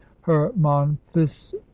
hermonthis